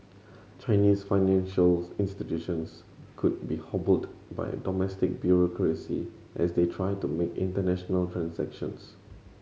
Chinese financials institutions could be hobbled by a domestic bureaucracy as they try to make international transactions